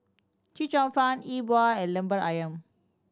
Chee Cheong Fun E Bua and Lemper Ayam